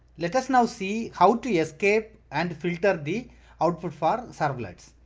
let us now see how to yeah escape and filter the output for. servlets,